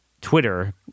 Twitter